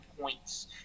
points